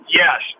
yes